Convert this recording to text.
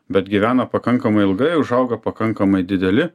bet gyvena pakankamai ilgai užauga pakankamai dideli